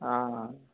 ఆ